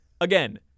again –